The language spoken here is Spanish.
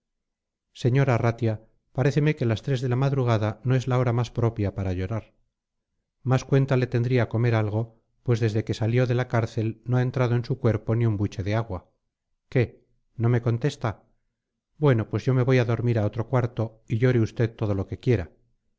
dijo sr arratia paréceme que las tres de la madrugada no es la hora más propia para llorar más cuenta le tendría comer algo pues desde que salió de la cárcel no ha entrado en su cuerpo ni un buche de agua qué no me contesta bueno pues yo me voy a dormir a otro cuarto y llore usted todo lo que quiera